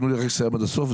תנו לי לסיים עד הסוף.